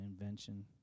invention